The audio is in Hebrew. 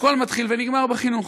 הכול מתחיל ונגמר בחינוך.